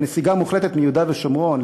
לנסיגה מוחלטת מיהודה ושומרון,